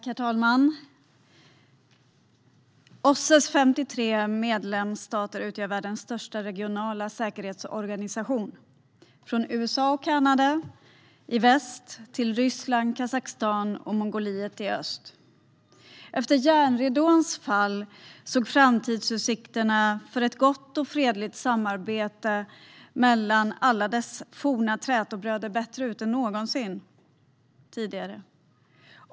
Herr talman! OSSE:s 53 medlemsstater utgör världens största regionala säkerhetsorganisation, från USA och Kanada i väst till Ryssland, Kazakstan och Mongoliet i öst. Efter järnridåns fall såg framtidsutsikterna för ett gott och fredligt samarbete mellan alla dess forna trätobröder bättre ut än någonsin tidigare.